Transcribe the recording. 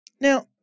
Now